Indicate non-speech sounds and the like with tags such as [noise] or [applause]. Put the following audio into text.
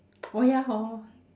[noise] oh ya hor